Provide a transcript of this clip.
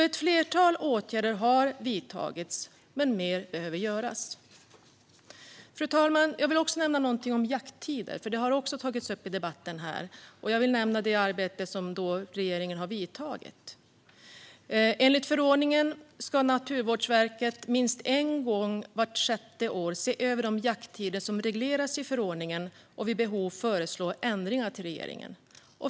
Ett flertal åtgärder har vidtagits, men mer behöver göras. Fru talman! Jag vill nämna någonting om jakttider. Det har tagits upp i debatten här. Jag vill nämna det arbete som regeringen har utfört. Enligt förordningen ska Naturvårdsverket minst en gång vart sjätte år se över de jakttider som regleras i förordningen och vid behov föreslå ändringar till regeringen.